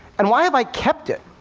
and why have i kept it?